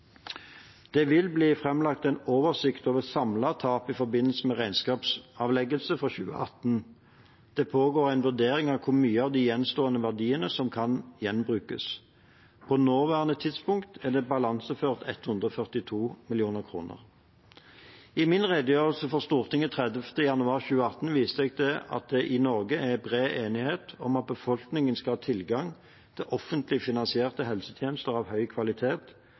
Det vil bli framlagt en oversikt over samlet tap i forbindelse med regnskapsavleggelsen for 2018. Det pågår en vurdering av hvor mye av de gjenstående verdiene som kan gjenbrukes. På nåværende tidspunkt er det balanseført 142 mill. kr. I min redegjørelse for Stortinget 30. januar 2018 viste jeg til at det i Norge er bred enighet om at befolkningen skal ha tilgang til offentlig finansierte helsetjenester av høy kvalitet,